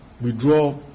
withdraw